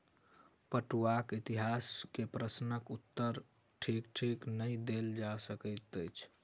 पटुआक इतिहास के प्रश्नक उत्तर ठीक ठीक नै देल जा सकैत अछि